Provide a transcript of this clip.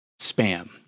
Spam